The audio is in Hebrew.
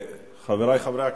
חברי חברי הכנסת,